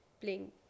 playing